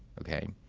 okay.